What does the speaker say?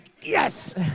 Yes